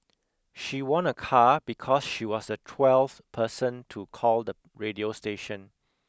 she won a car because she was the twelfth person to call the radio station